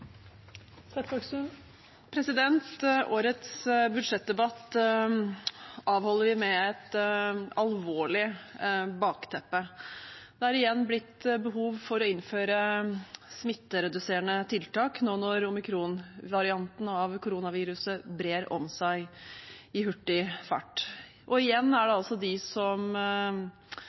igjen blitt behov for å innføre smittereduserende tiltak nå når omikronvarianten av koronaviruset brer om seg i hurtig fart. Igjen er det de som